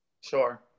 Sure